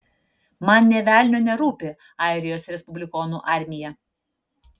man nė velnio nerūpi airijos respublikonų armija